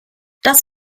das